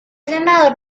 senador